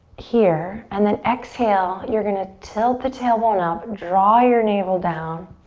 here and then exhale, you're gonna tilt the tailbone up, draw your navel down.